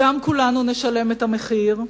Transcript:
גם כולנו נשלם את המחיר,